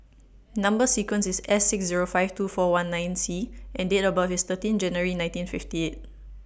Number sequence IS S six Zero five two four one nine C and Date of birth IS thirteen January nineteen fifty eight